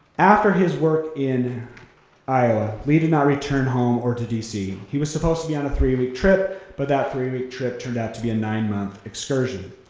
after his work in iowa, lee did not return home or to d c. he was supposed to be on a three week trip, but that three week trip turned out to be nine month excursion.